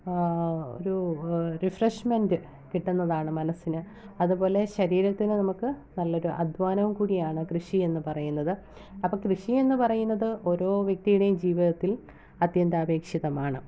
ഒരു റിഫ്രഷ്മെൻറ്റ് കിട്ടുന്നതാണ് മനസ്സിന് അതുപൊലെ ശരീരത്തിന് നമുക്ക് നല്ലൊരു അദ്ധ്വാനവും കൂടിയാണ് കൃഷി എന്ന് പറയുന്നത് അപ്പം കൃഷിയെന്ന് പറയുന്നത് ഓരോ വ്യക്തിയുടെയും ജീവിതത്തിൽ അത്യന്താപേക്ഷിതമാണ്